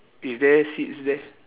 is there seats there